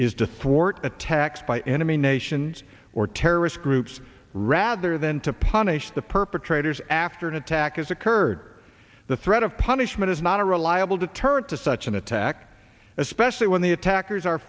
is to thwart attacks by enemy nations or terrorist groups rather than to punish the perpetrators after an attack has occurred the threat of punishment is not a reliable deterrent to such an attack especially when the attackers are